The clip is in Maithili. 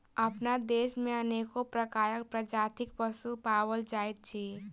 अपना देश मे अनेको प्रकारक प्रजातिक पशु पाओल जाइत अछि